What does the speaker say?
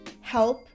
help